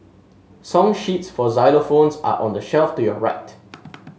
song sheets for xylophones are on the shelf to your right